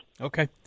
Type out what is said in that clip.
Okay